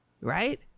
right